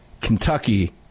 Kentucky